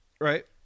Right